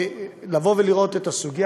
לראות את הסוגיה.